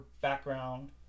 background